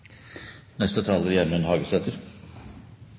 Neste taler er